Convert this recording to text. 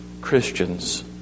Christians